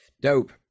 dope